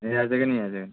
ꯑꯦ ꯌꯥꯖꯒꯅꯤ ꯌꯥꯖꯒꯅꯤ